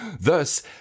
Thus